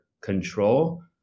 control